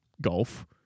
golf